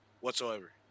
whatsoever